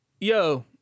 yo